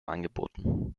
angeboten